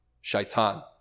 shaitan